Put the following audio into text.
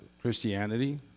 Christianity